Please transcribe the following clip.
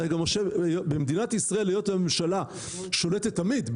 היות והממשלה שולטת תמיד,